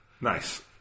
Nice